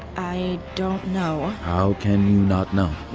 i don't know how can you not know?